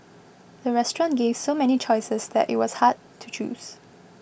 the restaurant gave so many choices that it was hard to choose